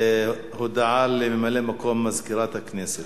הודעה לממלא-מקום מזכירת הכנסת.